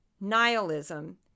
nihilism